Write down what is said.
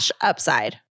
upside